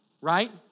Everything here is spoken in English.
Right